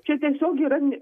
čia tiesiog yra ne